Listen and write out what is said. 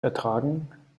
ertragen